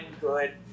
good